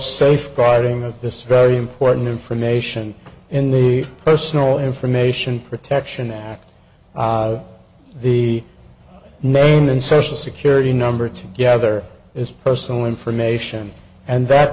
safeguarding of this very important information in the personal information protection act the name and social security number together is personal information and that